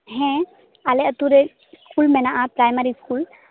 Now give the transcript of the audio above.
ᱦᱮᱸ ᱟᱞᱮ ᱟᱛᱳ ᱨᱮ ᱤᱥᱠᱩᱞ ᱢᱮᱱᱟᱜᱼᱟ ᱯᱨᱟᱭᱢᱟᱨᱤ ᱤᱥᱠᱩᱞ